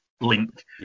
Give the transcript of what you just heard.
link